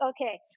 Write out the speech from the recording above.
Okay